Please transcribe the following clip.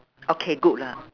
okay good lah